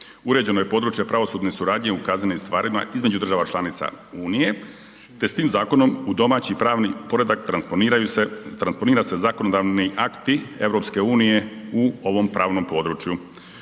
uređeno je područje pravosudne suradnje u kaznenim stvarima između država članica Unije te s tim zakonom u domaći pravni poredak transponira se zakonodavni akti EU u ovom pravnom području.